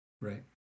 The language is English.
Right